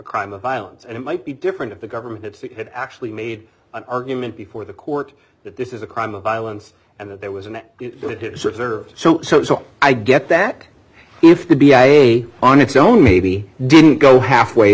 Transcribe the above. crime of violence and it might be different if the government it's had actually made an argument before the court that this is a crime of violence and that there was an served so i get that if could be a on its own maybe didn't go halfway